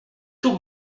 tout